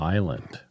Island